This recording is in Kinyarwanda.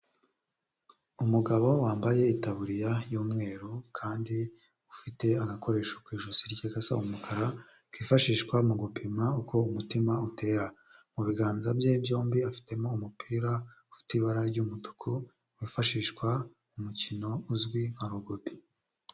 Umugabo wambaye itabuririya y'umweru kandi ufite agakoresho ku ijosi rye gasa umukara kifashishwa mu gupima uko umutima utera, mu biganza bye byombi afitemo umupira ufite ibara ry'umutuku wifashishwa mu mukino uzwi nka rugubi.